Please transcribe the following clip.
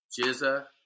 Jizza